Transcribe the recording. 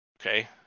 okay